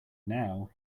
now